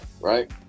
Right